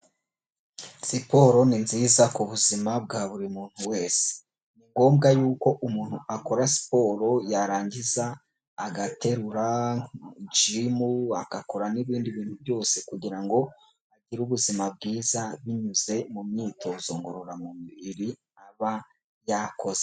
Siporo ni nziza ku buzima bwa buri muntu wese, ni ngombwa y'uko umuntu akora siporo yarangiza agaterura, jimu agakora n'ibindi bintu byose kugirango agire ubuzima bwiza binyuze mu myitozo ngororamubiribiri aba yakoze.